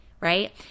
Right